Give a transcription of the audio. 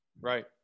Right